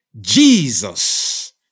Jesus